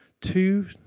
two